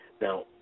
Now